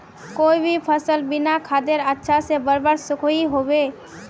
कोई भी सफल बिना खादेर अच्छा से बढ़वार सकोहो होबे?